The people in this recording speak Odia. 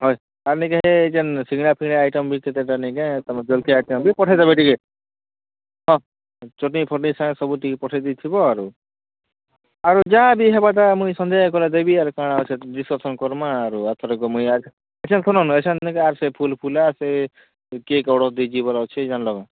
ହଏ ଆମେ ଜେନ୍ ସିଙ୍ଗଡ଼ା ଫିଙ୍ଗଡ଼ା ଆଇଟମ୍ ବି କେତେଟା ନେଇ କାଏଁ ତମେ ଜଲଖିଆ ଆଇଟମ ପଠେଇ ଦେବ ଟିକେ ହଁ ଚଟଣି ଫଟଣି ସାଙ୍ଗେ ସବୁ ଟିକେ ପଠେଇ ଦେଇଥିବ ଆରୁ ଆରୁ ଯାହାବି ହେବାଟା ମୁଇଁ ସନ୍ଧ୍ୟାକେ ଗଲେ ଦେମି ଆଉ କାଣା ଡିସ୍କକସନ କରମାଁ ଆରୁ ଆରଥରକେ ମୁଇଁ ଏଛେନ ଶୁନନ ଏଛେନ ଆରୁ ଫୁଲ ଫୁଲା ସେ କିଏ କଣ ଦେଇଛି ଜାନଲ କାଏଁ